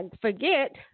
forget